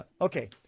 Okay